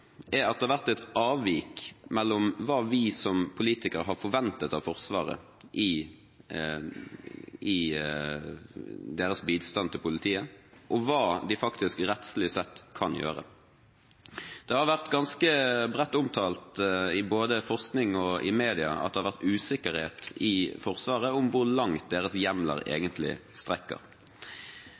er at det har vært et avvik mellom hva vi som politikere har forventet av Forsvaret i deres bistand til politiet, og hva de faktisk rettslig sett kan gjøre. Det har vært ganske bredt omtalt både i forskning og i media at det har vært usikkerhet i Forsvaret om hvor langt deres hjemler egentlig strekker